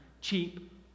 cheap